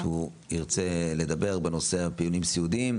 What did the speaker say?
שהוא ירצה לדבר בנושא הפינויים הסיעודיים.